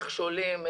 נחשולים,